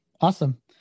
Awesome